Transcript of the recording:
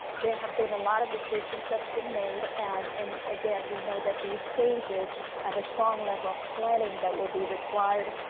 there have been a lot of decisions that's been made, and and again, we know that these changes and the strong level of planning that will be required,